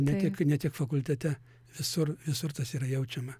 ne tik ne tik fakultete visur visur tas yra jaučiama